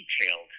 detailed